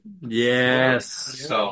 Yes